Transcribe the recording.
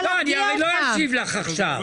אני לא אשיב לך עכשיו.